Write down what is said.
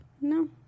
No